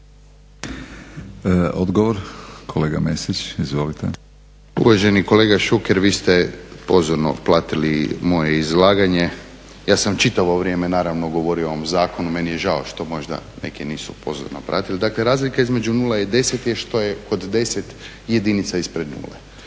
Odgovor, kolega Mesić, izvolite. **Mesić, Jasen (HDZ)** Uvaženi kolega Šuker, vi ste pozorno pratili moje izlaganje, ja sam čitavo vrijeme naravno govorio o ovom zakonu, meni je žao što možda neki nisu pozorno pratili. Dakle, razlika između 0 i 10 je što je kod 10 jedinica ispred